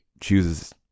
chooses